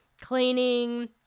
cleaning